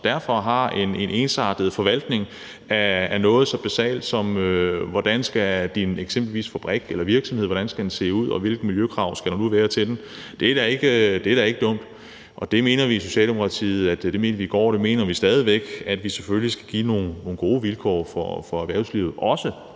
at vi har en ensartet forvaltning af noget så basalt, som hvordan din fabrik eller virksomhed eksempelvis skal se ud, og hvilke miljøkrav der er til den. Det er da ikke dumt. Det mener vi i Socialdemokratiet. Det mente vi i går, og det mener vi stadig væk, nemlig at vi selvfølgelig skal have nogle gode vilkår for erhvervslivet